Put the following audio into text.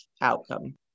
outcome